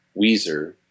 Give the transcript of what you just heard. Weezer